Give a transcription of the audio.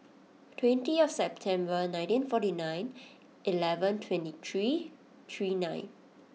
twenty of September nineteen forty nine eleven twenty three three nine